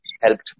helped